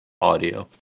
audio